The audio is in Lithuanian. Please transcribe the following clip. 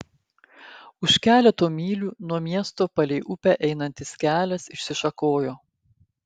už keleto mylių nuo miesto palei upę einantis kelias išsišakojo